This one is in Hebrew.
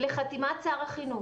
שר החינוך.